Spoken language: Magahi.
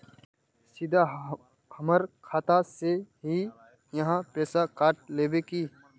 सीधा हमर खाता से ही आहाँ पैसा काट लेबे की?